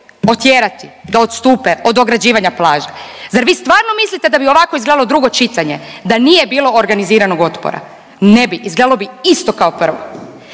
otjerati da odstupe od ograđivanja plaže. Zar vi stvarno mislite da bi ovako izgledalo drugo čitanje da nije bilo organiziranog otpora? Ne bi, izgledalo bi isto kao prvo